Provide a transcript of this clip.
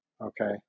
okay